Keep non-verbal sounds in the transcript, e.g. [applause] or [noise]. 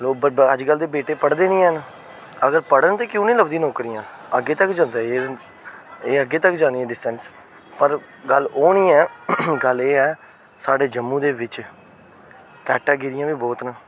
लोक बड़ी बार ते अज्जकल दे बेटे पढदे है नी अगर पढन ते क्यों नी लभदियां नौकरियां अग्गें तक जंदे एह् अग्गें तक जानी [unintelligible] पर गल्ल ओह् नी ऐ गल्ल एह् ऐ साढ़े जम्मू दे बिच्च कैटागिरियां बी बहुत न